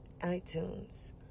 iTunes